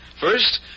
First